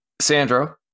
sandro